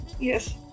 Yes